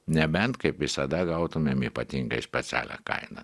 nebent kaip visada gautumėm ypatingai specialią kainą